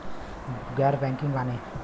गैर बैंकिंग माने?